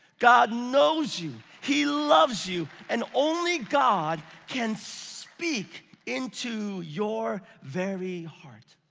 god knows you, he loves you. and only god can speak into your very heart.